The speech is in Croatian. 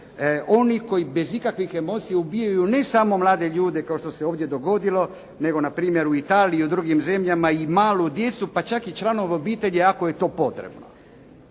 oni koji bez ikakvih emocija ubijaju, ne samo mlade ljude kao što se ovdje dogodilo, nego na primjer u Italiji i u drugim zemljama i malu djecu, pa čak i članove obitelji ako je to potrebno.